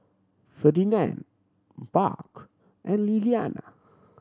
Ferdinand Barb and Lilliana